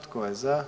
Tko je za?